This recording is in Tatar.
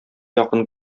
якын